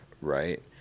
Right